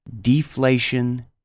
Deflation